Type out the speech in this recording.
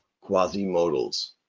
quasi-modals